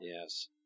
Yes